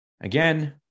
again